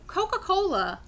Coca-Cola